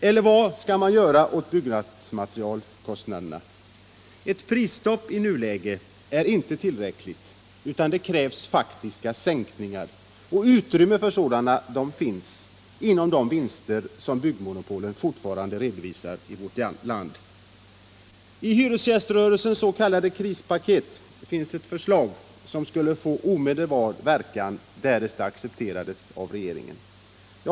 Eller vad skall man göra åt byggnadsmaterialkostnaderna? Ett prisstopp i nuläget är inte tillräckligt, utan det krävs faktiska sänkningar av priserna. Utrymme för sådana finns inom de vinster som byggmonopolen i vårt land fortfarande redovisar. I hyresgäströrelsens s.k. krispaket finns ett förslag som skulle få ome delbar verkan, därest det accepterades av regeringen.